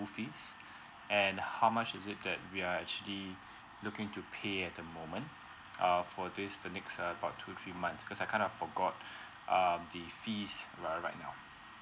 fees and how much is it that we are actually looking to pay at the moment err for this the next uh about two three months cause I kind of forgot um the fees uh right now